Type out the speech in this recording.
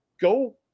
go